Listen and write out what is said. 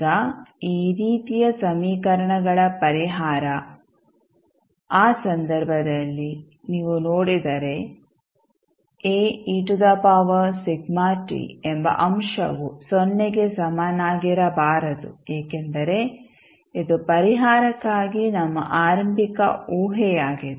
ಈಗ ಈ ರೀತಿಯ ಸಮೀಕರಣಗಳ ಪರಿಹಾರ ಆ ಸಂದರ್ಭದಲ್ಲಿ ನೀವು ನೋಡಿದರೆ ಎಂಬ ಅಂಶವು ಸೊನ್ನೆಗೆ ಸಮನಾಗಿರಬಾರದು ಏಕೆಂದರೆ ಇದು ಪರಿಹಾರಕ್ಕಾಗಿ ನಮ್ಮ ಆರಂಭಿಕ ಊಹೆಯಾಗಿದೆ